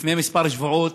לפני כמה שבועות,